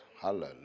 hallelujah